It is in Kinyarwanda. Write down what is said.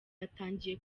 yatangiye